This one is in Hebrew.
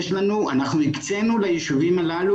הקצינו ליישובים הללו,